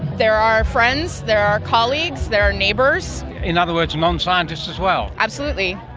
there are friends, there are colleagues, there are neighbours. in other words, non-scientists as well. absolutely.